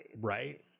Right